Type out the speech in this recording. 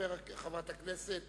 חברת הכנסת